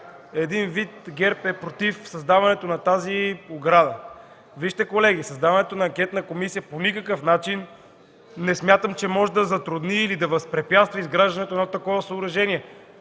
един вид ГЕРБ е против създаването на тази ограда. Вижте, колеги, създаването на анкетна комисия по никакъв начин не смятам, че може да затрудни или да възпрепятства изграждането на такова съоръжение.